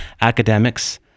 academics